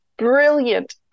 brilliant